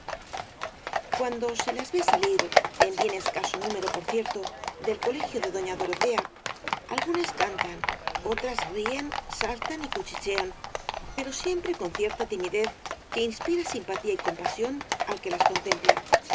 cuando se las ve salir en bien escaso número por cierto del colegio de doña dorotea algunas cantan otras ríen saltan y cuchichean pero siempre con cierta timidez que inspira simpatía y compasión al que las contempla